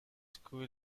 school